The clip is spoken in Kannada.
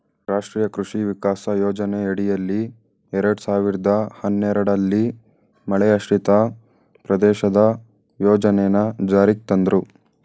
ರಾಷ್ಟ್ರೀಯ ಕೃಷಿ ವಿಕಾಸ ಯೋಜನೆಯಡಿಯಲ್ಲಿ ಎರಡ್ ಸಾವಿರ್ದ ಹನ್ನೆರಡಲ್ಲಿ ಮಳೆಯಾಶ್ರಿತ ಪ್ರದೇಶದ ಯೋಜನೆನ ಜಾರಿಗ್ ತಂದ್ರು